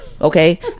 Okay